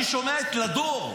אני שומע את לדור,